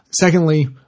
Secondly